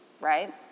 Right